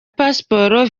pasiporo